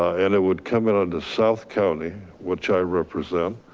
and it would come in on the south county, which i represent,